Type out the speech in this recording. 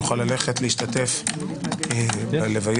יוכל ללכת להשתתף בלוויות.